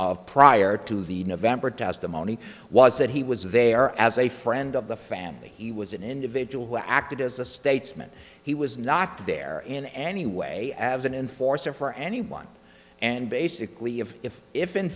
of prior to the november testimony was that he was there as a friend of the family he was an individual who acted as a statesman he was not there in any way have been in force or for anyone and basically if if if in